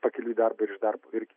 pakeliui į darbą ir iš darbo irgi